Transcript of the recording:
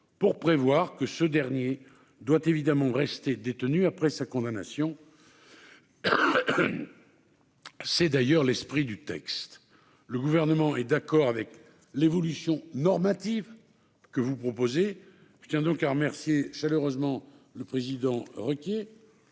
pour prévoir que ce dernier doit évidemment rester détenu après sa condamnation, c'est d'ailleurs l'esprit du texte, le gouvernement est d'accord avec l'évolution normative que vous proposez, je tiens donc à remercier chaleureusement le président Ruquier